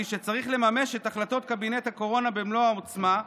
שצריך לממש את החלטות קבינט הקורונה במלוא העוצמה,